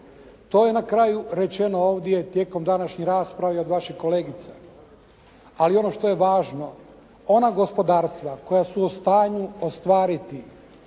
To je na kraju rečeno ovdje tijekom današnje rasprave od vaših kolegica. Ali ono što je važno ona gospodarstva koja su u stanju ostvariti